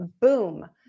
boom